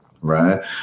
Right